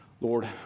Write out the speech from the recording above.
Lord